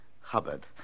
Hubbard